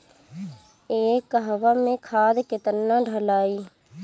एक कहवा मे खाद केतना ढालाई?